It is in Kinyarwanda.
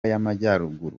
y’amajyaruguru